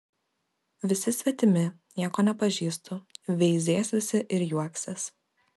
visi svetimi nieko nepažįstu veizės visi ir juoksis